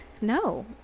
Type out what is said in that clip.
No